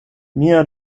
mia